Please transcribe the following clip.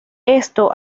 esto